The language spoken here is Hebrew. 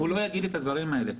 הוא לא יגיד את הדברים האלה.